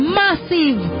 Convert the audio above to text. massive